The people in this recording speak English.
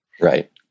Right